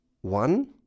one